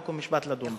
חוק ומשפט לדיון בה.